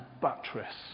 buttress